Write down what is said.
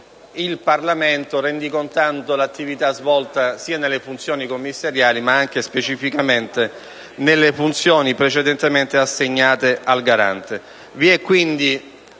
il Parlamento, rendicontando l'attività svolta sia nelle funzioni commissariali sia - specificamente - nelle funzioni precedentemente assegnate al Garante.